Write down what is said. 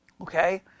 okay